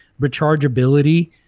rechargeability